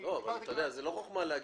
אתה יודע, לא חוכמה להגיד.